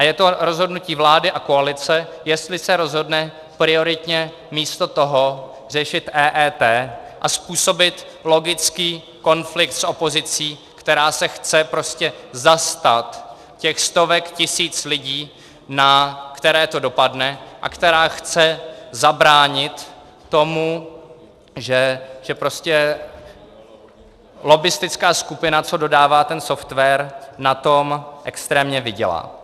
Je to rozhodnutí vlády a koalice, jestli se rozhodne prioritně místo toho řešit EET a způsobit logický konflikt s opozicí, která se prostě chce zastat těch stovek tisíc lidí, na které to dopadne, a která chce zabránit tomu, že lobbistická skupina, která dodává ten software, na tom extrémně vydělá.